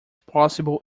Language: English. possible